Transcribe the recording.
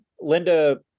Linda